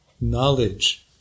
knowledge